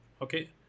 okay